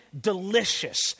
delicious